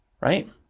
right